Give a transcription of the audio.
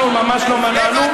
אנחנו ממש לא מנענו.